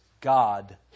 God